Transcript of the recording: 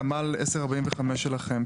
תמ"ל 1045 שלכם,